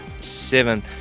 Seven